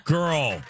Girl